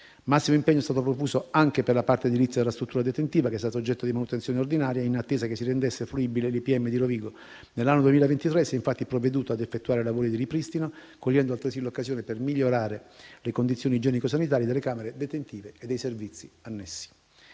Massimo impegno è stato profuso anche per la parte edilizia della struttura detentiva, che è stata oggetto di manutenzione ordinaria, in attesa che si rendesse fruibile l'IPM di Rovigo. Nell'anno 2023 si è infatti provveduto ad effettuare lavori di ripristino, cogliendo altresì l'occasione per migliorare le condizioni igienico-sanitarie delle camere detentive e dei servizi annessi.